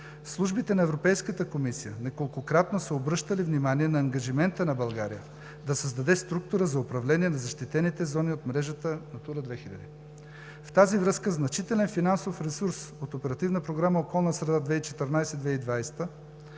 Службите на Европейската комисия неколкократно са обръщали внимание на ангажимента на България да създаде структура за управление на защитените зони от мрежата „Натура 2000“. В тази връзка значителен финансов ресурс от Оперативна програма